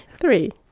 Three